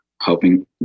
helping